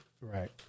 Right